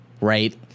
right